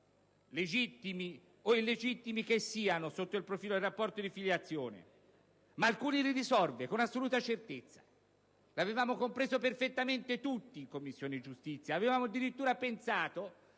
legittimi o illegittimi che siano, sotto il profilo del rapporto di filiazione, ma alcuni li risolve con assoluta certezza. Lo avevamo compreso perfettamente tutti in Commissione giustizia, avevamo addirittura pensato